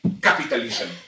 capitalism